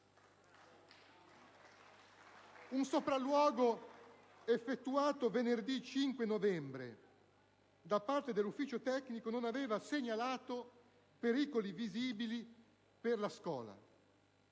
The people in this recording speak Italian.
Un sopralluogo, effettuato venerdì 5 novembre da parte dell'ufficio tecnico, non aveva segnalato pericoli visibili per la *schola*.